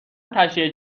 تشییع